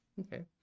Okay